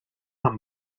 amb